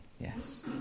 Yes